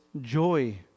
joy